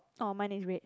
orh mine is red